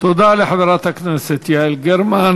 תודה לחברת הכנסת יעל גרמן.